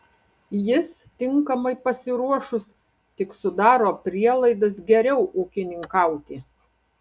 jis tinkamai pasiruošus tik sudaro prielaidas geriau ūkininkauti